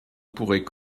pourrait